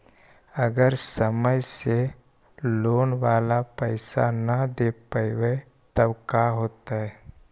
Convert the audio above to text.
अगर समय से लोन बाला पैसा न दे पईबै तब का होतै?